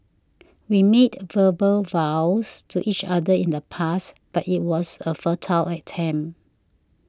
we made verbal vows to each other in the past but it was a futile attempt